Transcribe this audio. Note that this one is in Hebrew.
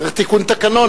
צריך תיקון תקנון,